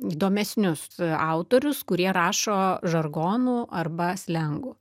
įdomesnius autorius kurie rašo žargonu arba slengu